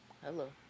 Hello